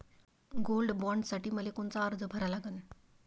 Gold बॉण्डसाठी मले कोनचा अर्ज भरा लागन?